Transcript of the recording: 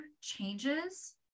changes